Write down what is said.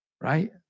Right